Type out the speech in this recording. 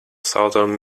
southern